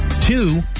Two